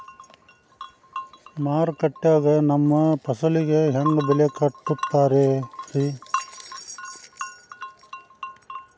ಮಾರುಕಟ್ಟೆ ಗ ನಮ್ಮ ಫಸಲಿಗೆ ಹೆಂಗ್ ಬೆಲೆ ಕಟ್ಟುತ್ತಾರ ರಿ?